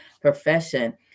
profession